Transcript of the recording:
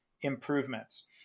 improvements